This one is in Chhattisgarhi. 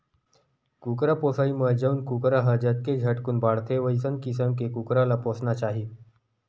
कुकरा पोसइ म जउन कुकरा ह जतके झटकुन बाड़थे वइसन किसम के कुकरा ल पोसना चाही